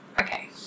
Okay